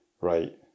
right